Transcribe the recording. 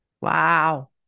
Wow